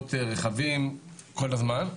גניבות רכבים כל הזמן.